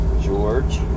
George